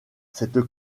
cette